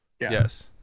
yes